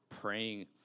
praying